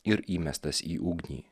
ir įmestas į ugnį